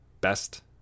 Best